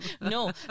No